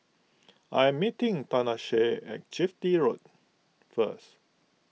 I am meeting Tanesha at Chitty Road first